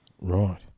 Right